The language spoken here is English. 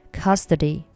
custody